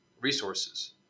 resources